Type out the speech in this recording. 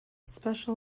special